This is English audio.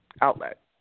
outlet